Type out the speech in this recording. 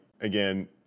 again